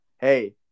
hey